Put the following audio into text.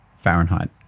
Fahrenheit